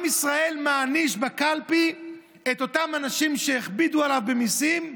עם ישראל מעניש בקלפי את אותם אנשים שהכבידו עליו במיסים,